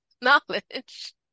knowledge